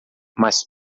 mas